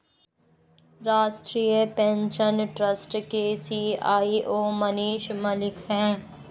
राष्ट्रीय pension trust के CEO Manish Malik है